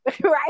right